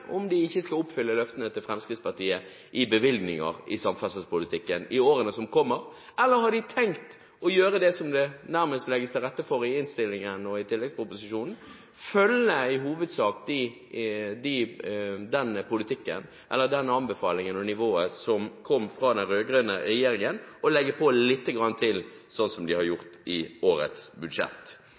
om de ikke skal oppfylle løftene til Fremskrittspartiet i bevilgninger i samferdselspolitikken i årene som kommer? Eller har de tenkt å gjøre det som det nærmest legges til rette for i innstillingen og i tilleggsproposisjonen, i hovedsak følge den anbefalingen og det nivået som kom fra den rød-grønne regjeringen, og legge på lite grann til, som de har gjort i årets budsjett?